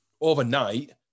overnight